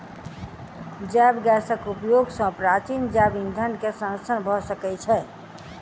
जैव गैसक उपयोग सॅ प्राचीन जैव ईंधन के संरक्षण भ सकै छै